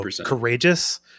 courageous